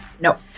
Nope